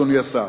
אדוני השר.